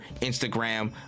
instagram